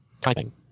Typing